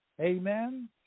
Amen